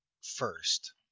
first